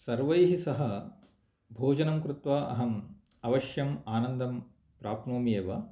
सर्वैः सह भोजनं कृत्वा अहम् अवश्यम् आनन्दं प्राप्नोमि एव